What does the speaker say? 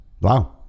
wow